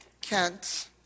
Kent